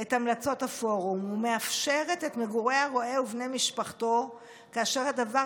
את המלצות הפורום ומאפשרת את מגורי הרועה ובני משפחתו כאשר הדבר